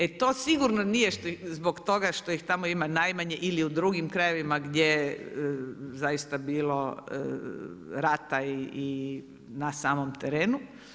E to sigurno nije zbog toga što ih tamo ima najmanje ili u drugim krajevima gdje je zaista bilo rata i na samom terenu.